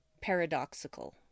paradoxical